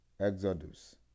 exodus